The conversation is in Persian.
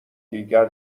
دیگر